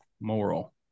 moral